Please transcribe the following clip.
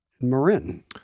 Marin